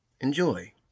Enjoy